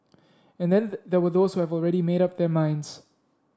and then there were those who have already made up their minds